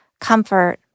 comfort